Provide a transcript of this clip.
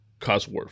Cosworth